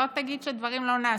שלא תגיד שדברים לא נעשים.